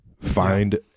Find